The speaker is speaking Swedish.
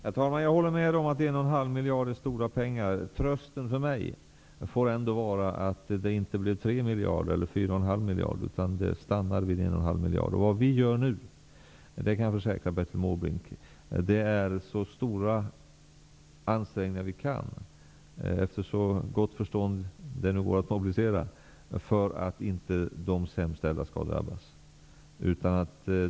Herr talman! Jag håller med om att 1,5 miljarder är stora pengar. Trösten för mig får vara att det inte blev 3 eller 4,5 miljarder. Det stannar vid 1,5 miljarder. Jag kan försäkra Bertil Måbrink att vi gör så stora ansträngningar vi kan, efter så gott förstånd det nu går att mobilisera, för att de sämst ställda inte skall drabbas.